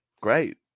Great